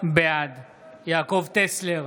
בעד יעקב טסלר,